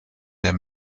der